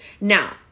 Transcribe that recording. Now